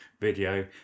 video